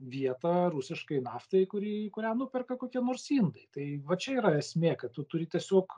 vietą rusiškai naftai kuri kurią nuperka kokie nors indai tai va čia yra esmė kad tu turi tiesiog